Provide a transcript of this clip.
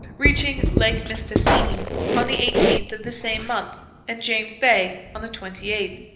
reaching lake mistassini on the eighteenth of the same month and james bay on the twenty eighth.